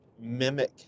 mimic